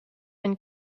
and